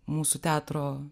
mūsų teatro